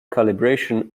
calibration